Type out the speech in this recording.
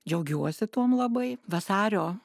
džiaugiuosi tuom labai vasario